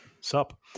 Sup